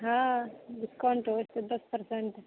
हँ डिस्काउंट होइ छै दस पर्सेन्ट